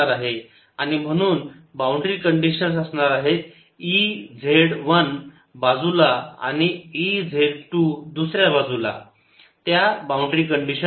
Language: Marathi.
आणि म्हणून बाउंड्री कंडिशन्स असणार आहेत E z1 बाजूला आणि E z2 दुसऱ्या बाजूला त्या बाउंड्री कंडिशन्स आहेत